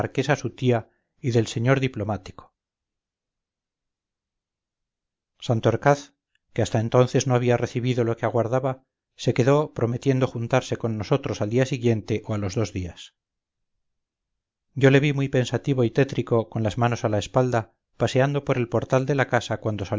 de la marquesa su tía y del señor diplomático santorcaz que hasta entonces no había recibido lo que aguardaba se quedó prometiendo juntarse con nosotros al día siguiente o a los dos días yo le vi muy pensativo y tétrico con las manos a la espalda paseando por el portal de la casa cuando